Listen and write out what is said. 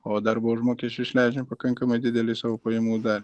o darbo užmokesčiui išleidžiam pakankamai didelį savo pajamų dal